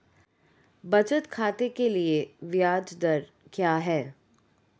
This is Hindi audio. बचत खाते के लिए ब्याज दर क्या है?